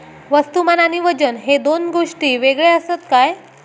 वस्तुमान आणि वजन हे दोन गोष्टी वेगळे आसत काय?